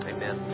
Amen